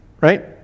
Right